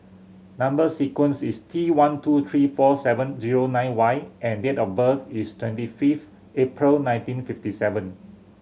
number sequence is T one two three four seven zero nine Y and date of birth is twenty fifth April nineteen fifty seven